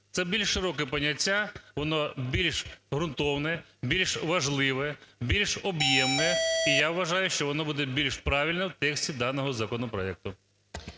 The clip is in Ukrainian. Це більш широке поняття, воно більш ґрунтовне, більш важливе, більш об'ємне. І я вважаю, що воно буде більше правильне в тексті даного законопроекту.